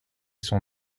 son